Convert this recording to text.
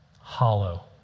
hollow